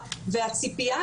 שינהלו